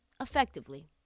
effectively